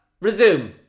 resume